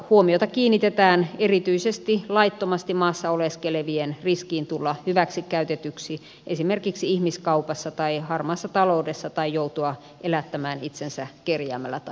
huomiota kiinnitetään erityisesti laittomasti maassa oleskelevien riskiin tulla hyväksikäytetyksi esimerkiksi ihmiskaupassa tai harmaassa taloudessa tai joutua elättämään itsensä kerjäämällä tai rikollisuudella